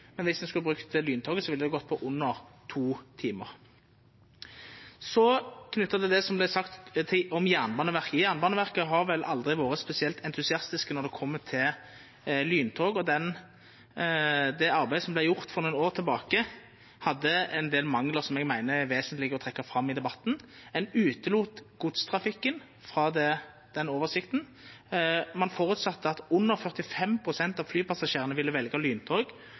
men dersom ein skulle brukt lyntoget, ville det gått på under to timar. Så til det som vart sagt om Jernbaneverket: Jernbaneverket har vel aldri vore spesielt entusiastisk når det gjeld lyntog, og det arbeidet som vart gjort for nokre år sidan, hadde ein del manglar, som eg meiner er vesentlege å trekkja fram i debatten. Ein utelét godstrafikken frå oversikten. Ein føresette at under 45 pst. av flypassasjerane ville velja lyntog